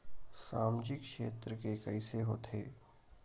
सामजिक क्षेत्र के कइसे होथे?